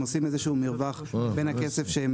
הם עושים איזה שהוא מרווח בין הכסף שהם